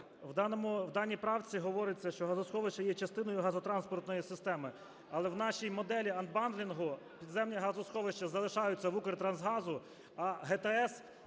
В даній правці говориться, що газосховище є частиною газотранспортної системи. Але в нашій моделі анбандлінгу підземні газосховища залишаються в "Укртрансгазу", а ГТС